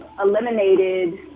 eliminated